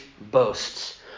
boasts